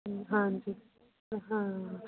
ਹਾਂਜੀ ਹਾਂ